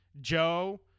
Joe